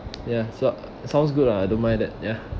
ya so sounds good lah I don't mind that ya